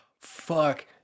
fuck